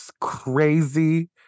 crazy